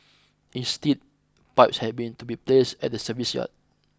instead pipes had been to be placed at the service yard